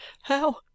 How